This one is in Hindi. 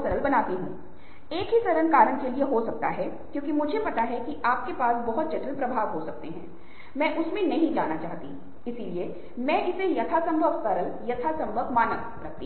करते हैं जिस तरह से वे व्यवहार करते हैं वह उन्हें अधिक प्रभावशाली बना सकता है या उन्हें और अधिक सफल बना सकता है